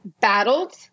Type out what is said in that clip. battled